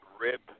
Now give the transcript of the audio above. rib